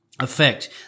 Effect